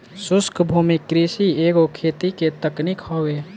शुष्क भूमि कृषि एगो खेती के तकनीक हवे